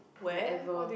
wherever